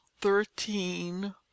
thirteen